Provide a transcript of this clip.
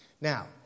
Now